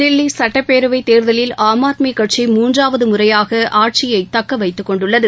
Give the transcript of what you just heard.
தில்லி சட்டப்பேரவைத் தேர்தலில் ஆம் ஆம் ஆத்மி கட்சி மூன்றாவது முறையாக ஆட்சியை தக்க வைத்துக்கொண்டுள்ளது